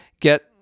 get